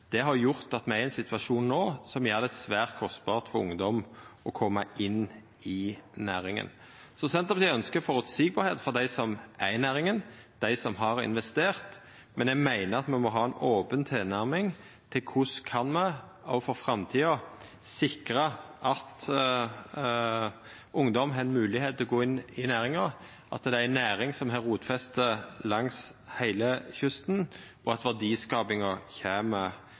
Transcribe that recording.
Det har gjort at me er i ein situasjon no som gjer det svært kostbart for ungdomen å koma inn i næringa. Så Senterpartiet ønskjer at det skal vera føreseieleg for dei som er i næringa, og for dei som har investert. Men eg meiner at me må ha ei open tilnærming til korleis me òg for framtida kan sikra at ungdom har ei moglegheit til å gå inn i næringa, at det er ei næring som har rotfeste langs heile kysten, og at verdiskapinga kjem